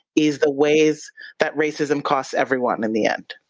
is the ways that racism costs everyone in the end.